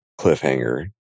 cliffhanger